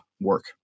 work